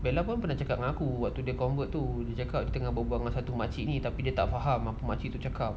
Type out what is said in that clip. bella pun pernah cakap dengan aku waktu dia convert tu dia cakap dia tengah berbual-bual masa tu makcik ini tapi dia tak faham apa makcik tu cakap